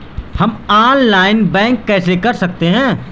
हम online banking कैसे कर सकते हैं?